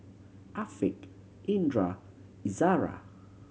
Afiq Indra Izara